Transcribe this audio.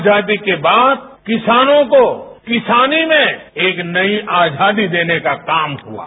आजादी के बाद किसानों को किसानी में एक नई आजादी देने का काम हुआ है